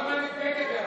הגעת לפה?